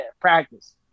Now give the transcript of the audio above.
practice